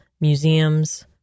museums